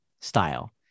style